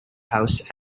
house